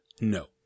No